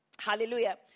Hallelujah